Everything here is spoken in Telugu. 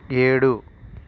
ఏడు